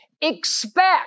Expect